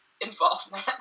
involvement